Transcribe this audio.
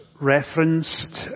referenced